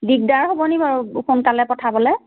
দিগদাৰ হ'বনি বাৰু সোনকালে পঠাবলে